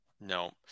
no